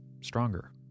stronger